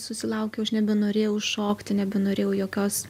susilaukiau aš nebenorėjau šokti nebenorėjau jokios